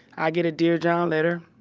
i get a dear john letter,